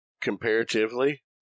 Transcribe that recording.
comparatively